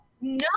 No